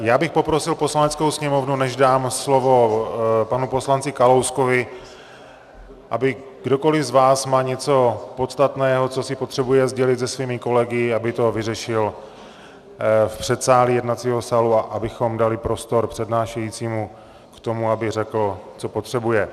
Já bych poprosil Poslaneckou sněmovnu, než dám slovo panu poslanci Kalouskovi, aby kdokoli z vás má něco podstatného, co si potřebuje sdělit se svými kolegy, aby to vyřešil v předsálí jednacího sálu, abychom dali prostor přednášejícímu k tomu, aby řekl, co potřebuje.